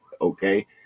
okay